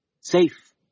Safe